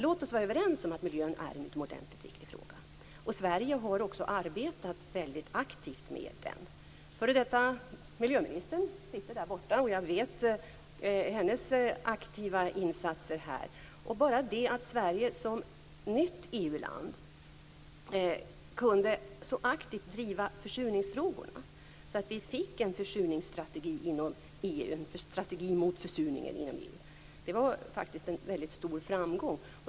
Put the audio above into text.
Låt oss vara överens om att miljön är en utomordentligt viktig fråga. Sverige har också arbetat väldigt aktivt med den. F.d. miljöministern sitter här i kammaren och jag vet vilka aktiva insatser hon har gjort här. Bara det att Sverige som nytt EU-land så aktivt kunde driva försurningsfrågorna att vi fick en strategi mot försurning inom EU var faktiskt en stor framgång.